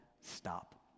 Stop